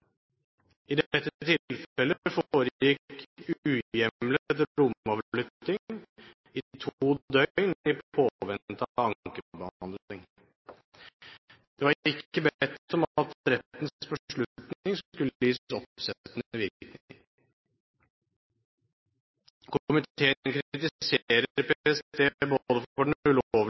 dette tilfellet foregikk uhjemlet romavlytting i to døgn i påvente av ankebehandling. Det var ikke bedt om at rettens beslutning skulle gis oppsettende virkning. Komiteen kritiserer PST både for